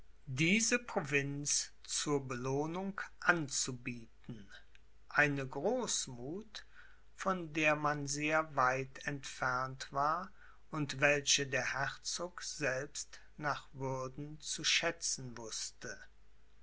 diese provinz zur belohnung anzubieten eine großmuth von der man sehr weit entfernt war und welche der herzog selbst nach würden zu schätzen wußte